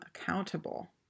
accountable